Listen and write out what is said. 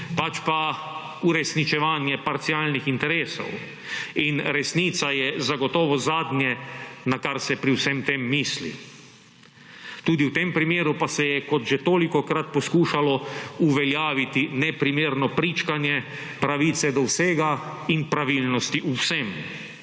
pač pa uresničevanje parcialnih interesov in resnica je zagotovo zadnje, na kar se pri vsem tem misli. Tudi v tem primeru pa se je, kot že tolikokrat, poskušalo uveljaviti neprimerno pričkanje pravice do vsega in pravilnosti o vsem.